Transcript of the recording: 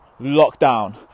lockdown